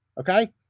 Okay